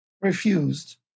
refused